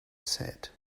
said